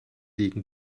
liegen